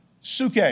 Suke